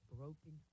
Broken